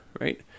right